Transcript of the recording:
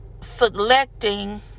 selecting